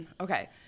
Okay